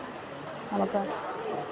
നമുക്ക്